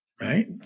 Right